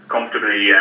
comfortably